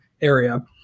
area